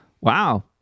Wow